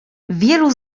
wielu